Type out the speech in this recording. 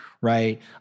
right